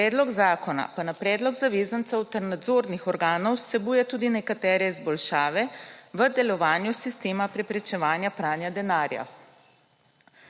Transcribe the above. Predlog zakona pa na predlog zavezanca ter nadzornih organov vsebuje tudi nekatere izboljšave v delovanju sistema preprečevanja pranja denarja.